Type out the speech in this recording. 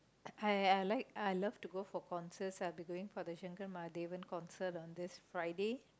I I like I love to go for concerts I'll be going for the concert on this Friday